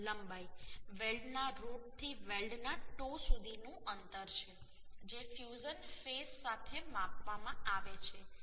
લંબાઈ વેલ્ડના રુટથી વેલ્ડના ટો સુધીનું અંતર છે જે ફ્યુઝન ફેસ સાથે માપવામાં આવે છે